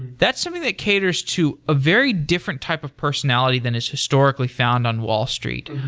that's something that caters to a very different type of personality than is historically found on wall street.